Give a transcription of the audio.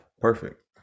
Perfect